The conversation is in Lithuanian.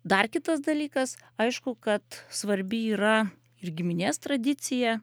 dar kitas dalykas aišku kad svarbi yra ir giminės tradicija